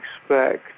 expect